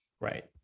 Right